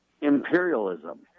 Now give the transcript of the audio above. imperialism